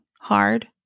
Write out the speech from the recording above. hard